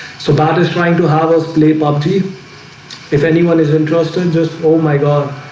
so bad is trying to have us play pop tea if anyone is interested just oh my god,